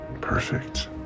Perfect